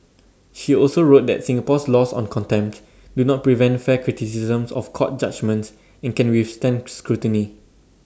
she also wrote that Singapore's laws on contempt do not prevent fair criticisms of court judgements and can withstand scrutiny